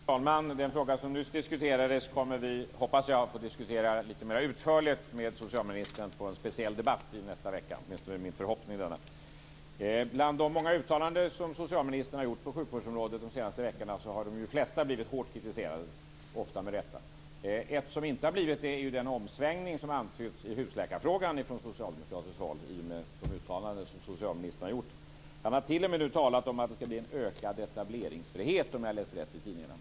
Fru talman! Den fråga som nyss diskuterades hoppas jag att vi kommer att få diskutera lite mer utförligt med socialministern i en speciell debatt i nästa vecka. Bland de många uttalanden som socialministern har gjort på sjukvårdsområdet de senaste veckorna har de flesta blivit hårt kritiserade - ofta med rätta. Ett uttalande som inte har blivit kritiserat är den omsvängning som antytts i husläkarfrågan från socialdemokratiskt håll, i och med de uttalanden som socialministern har gjort. Han har t.o.m. nu talat om att det skall bli en ökad etableringsfrihet, om jag har läst rätt i tidningarna.